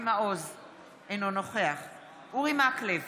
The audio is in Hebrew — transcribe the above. אינו נוכח אורי מקלב,